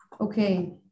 Okay